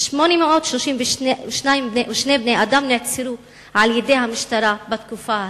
832 בני אדם נעצרו על-ידי המשטרה בתקופה ההיא.